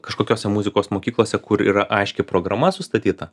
kažkokiose muzikos mokyklose kur yra aiški programa sustatyta